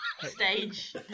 Stage